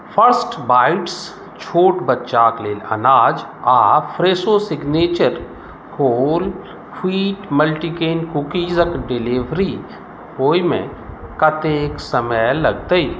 first bites छोट बच्चाक लेल अनाज आ Fresho signature whole wheat multigrain कुकीजक डिलीवरी होइमे कतेक समय लगतै